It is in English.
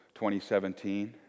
2017